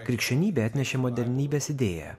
krikščionybė atnešė modernybės idėją